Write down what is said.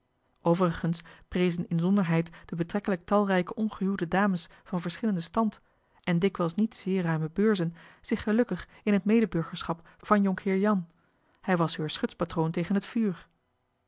overigens prezen inzonderheid de betrekkelijk talrijke ongehuwde dames van verschillenden stand en dikwijls niet zeer ruime beurzen zich gelukkig in het medeburgerschap van jhr johan de meester de zonde in het deftige dorp jan hij was heur schutspatroon tegen het vuur